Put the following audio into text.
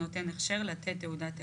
אבל נתנו לחמש חברות גדולות להתחיל